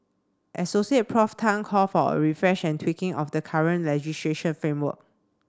Associate Prof Tan called for a refresh and tweaking of the current legistration framework